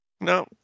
No